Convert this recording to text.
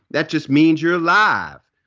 that just means you're alive.